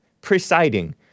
presiding